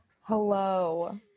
hello